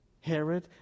Herod